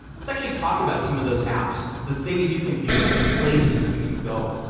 let's actually talk about some of those apps, the things you can do and the places you can go.